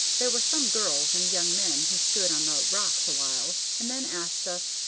there were some girls and young men who stood on the rocks awhile, and then asked us,